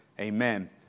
Amen